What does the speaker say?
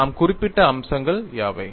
நாம் குறிப்பிட்ட அம்சங்கள் யாவை